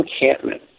encampment